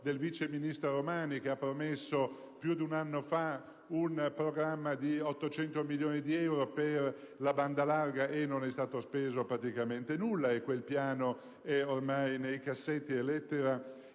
del vice ministro Romani che ha promesso, più di un anno fa, un programma di 800 milioni di euro per la banda larga. Finora non è stato speso praticamente nulla e quel piano è ormai nei cassetti, è lettera